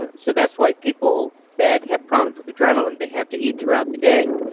and so that's why people that have problems with adrenaline, they have to eat throughout the day.